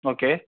okay